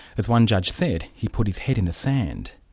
as one judge said, he put his head in the sand.